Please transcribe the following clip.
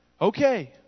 okay